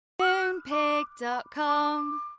Moonpig.com